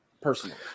personally